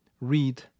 read